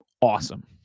awesome